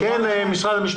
מה זה "מקווים"?